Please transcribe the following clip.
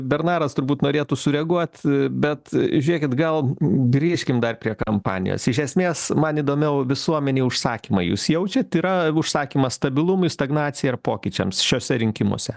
bernaras turbūt norėtų sureaguot bet žiūrėkit gal grįžkim dar prie kampanijos iš esmės man įdomiau visuomenėj užsakymai jūs jaučiat yra užsakymas stabilumui stagnacijai ir pokyčiams šiuose rinkimuose